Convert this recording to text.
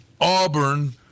Auburn